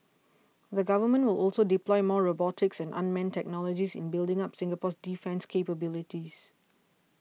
the Government will also deploy more robotics and unmanned technologies in building up Singapore's defence capabilities